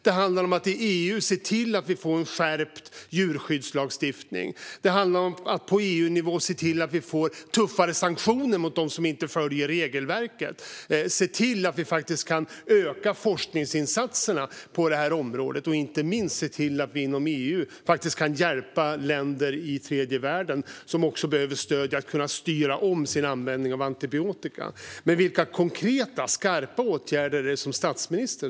Det handlar om att på EU-nivå se till att vi får en skärpt djurskyddslagstiftning och tuffare sanktioner mot dem som inte följer regelverket. Vi måste se till att vi kan öka forskningsinsatserna på detta område och inte minst att vi från EU:s sida kan hjälpa länder i tredje världen som behöver stöd i att styra om sin användning av antibiotika. Men vilka konkreta, skarpa åtgärder ser statsministern?